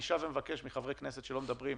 אני שב ומבקש מחברי הכנסת שלא מדברים,